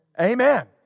Amen